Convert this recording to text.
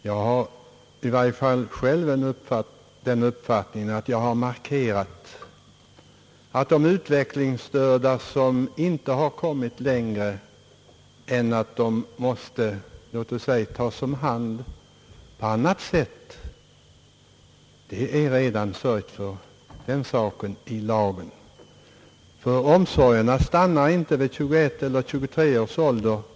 Jag har i varje fall själv den uppfattningen att jag har markerat att beträffande de utvecklingsstörda som inte har kommit längre än att de måste låt OSS säga tas om hand på annat sätt, så är det redan sörjt för den saken i lagen. Omsorgerna stannar inte vid 21 eller 23 års ålder.